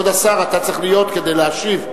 כבוד השר, אתה צריך להיות כדי להשיב.